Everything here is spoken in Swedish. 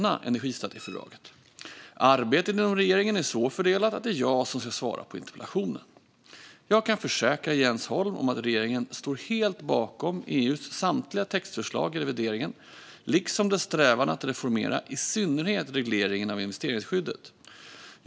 Arbetet inom regeringen är så fördelat att det är jag som ska svara på interpellationen. Jag kan försäkra Jens Holm om att regeringen står helt bakom EU:s samtliga textförslag i revideringen, liksom dess strävan att reformera i synnerhet regleringen av investeringsskyddet.